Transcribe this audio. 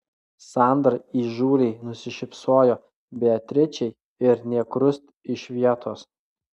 sandra įžūliai nusišypsojo beatričei ir nė krust iš vietos